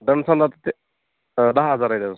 डनसन आता ते दहा हजार आहे